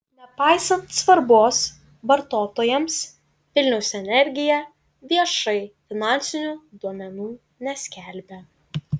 nepaisant svarbos vartotojams vilniaus energija viešai finansinių duomenų neskelbia